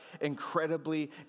incredibly